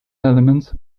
elements